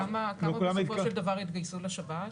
כמה בסופו של דבר התגייסו לשב"ס?